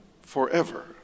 forever